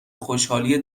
خوشحالی